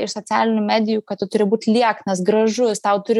iš socialinių medijų kad tu turi būti lieknas gražus tau turi